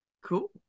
cool